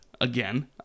again